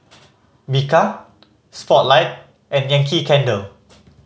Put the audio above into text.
Bika Spotlight and Yankee Candle